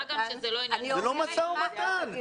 זה לא משא ומתן.